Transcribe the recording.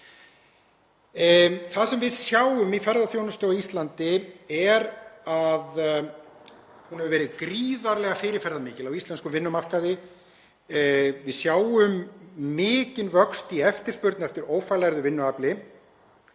Það sem við sjáum í ferðaþjónustu á Íslandi er að hún hefur verið gríðarlega fyrirferðarmikil á íslenskum vinnumarkaði. Við sjáum mikinn vöxt í eftirspurn eftir ófaglærðu vinnuafli.